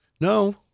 No